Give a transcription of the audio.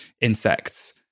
insects